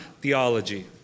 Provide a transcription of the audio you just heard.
theology